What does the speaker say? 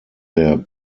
der